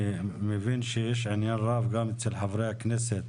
אני מבין שיש עניין רב גם אצל חברי הכנסת,